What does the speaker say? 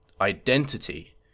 Identity